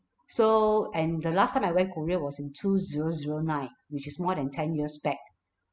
so and the last time I went korea was in two zero zero nine which is more than ten years back